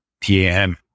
tam